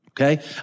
Okay